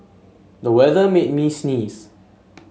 the weather made me sneeze